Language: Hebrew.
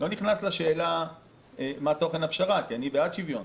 לא נכנס לשאלה מה תוכן הפשרה, כי אני בעד שוויון,